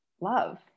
love